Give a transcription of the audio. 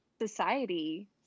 society